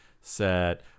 set